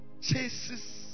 chases